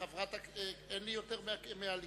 חברת הכנסת, אין לי יותר מהליכוד?